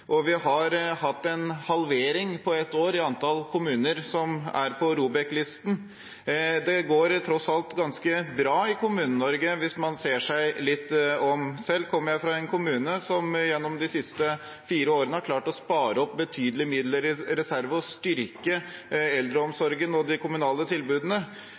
og vi har på ett år hatt en halvering i antall kommuner som er på ROBEK-listen. Det går tross alt ganske bra i Kommune-Norge hvis man ser seg litt om. Selv kommer jeg fra en kommune som gjennom de siste fire årene har klart å spare opp betydelige midler i reserve og styrke eldreomsorgen og de kommunale tilbudene.